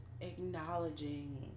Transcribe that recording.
acknowledging